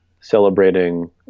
celebrating